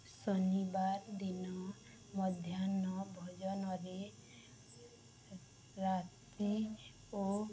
ଶନିବାର ଦିନ ମଧ୍ୟାହ୍ନ ଭୋଜନରେ ରାତି ଓ